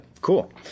cool